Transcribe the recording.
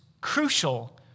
crucial